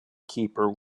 keeper